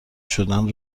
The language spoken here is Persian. شدن